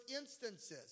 instances